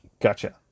Gotcha